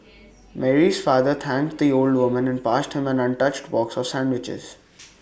Mary's father thanked the old and passed him an untouched box of sandwiches